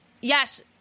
yes